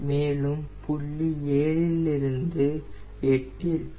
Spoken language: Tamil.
மேலும் புள்ளி 7 இல் இருந்து 8 ற்கு